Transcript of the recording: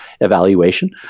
evaluation